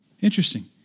Interesting